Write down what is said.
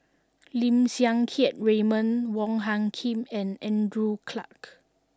Lim Siang Keat Raymond Wong Hung Khim and Andrew Clarke